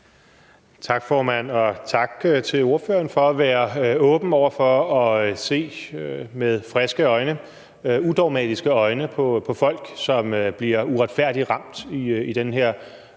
Tak, formand, og tak til ordføreren for at være åben over for at se med friske, udogmatiske øjne på folk, som bliver uretfærdigt ramt i den her